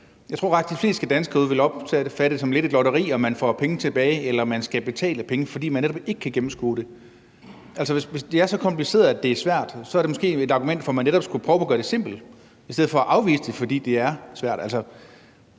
faktisk, at de fleste danskere derude ville opfatte det som et lotteri, om man får penge tilbage, eller om man skal betale penge, fordi man netop ikke kan gennemskue det. Hvis det er så kompliceret, at det er svært, er det måske et argument for, at man netop skulle prøve at gøre det simpelt i stedet for at afvise det, fordi det er svært.